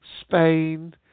Spain